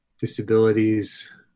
disabilities